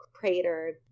Crater